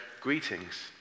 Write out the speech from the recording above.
Greetings